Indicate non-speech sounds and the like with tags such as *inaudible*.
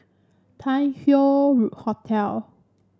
Tai Hoe *unintelligible* Hotel